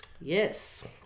Yes